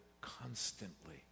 constantly